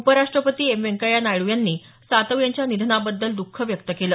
उपराष्ट्रपती एम व्यंकय्या नायडू यांनी सातव यांच्या निधनाबद्दल द्ख व्यक्त केलं